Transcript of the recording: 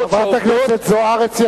חברת הכנסת זוארץ,